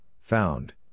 found